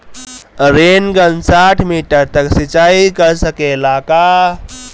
Rain gun साठ metre तक सिचाई कर सकेला का?